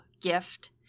gift